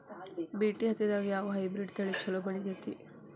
BT ಹತ್ತಿದಾಗ ಯಾವ hybrid ತಳಿ ಛಲೋ ಬೆಳಿತೈತಿ?